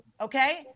okay